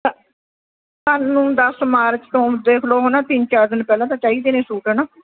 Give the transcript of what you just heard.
ਸਾ ਸਾਨੂੰ ਦਸ ਮਾਰਚ ਤੋਂ ਦੇਖ ਲਓ ਹੈ ਨਾ ਤਿੰਨ ਚਾਰ ਦਿਨ ਪਹਿਲਾਂ ਤਾਂ ਚਾਹੀਦੇ ਨੇ ਸੂਟ ਹੈ ਨਾ